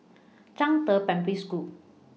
Zhangde Primary School